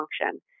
function